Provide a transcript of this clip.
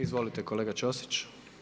Izvolite, kolega Ćosić.